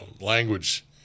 Language